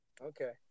Okay